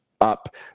up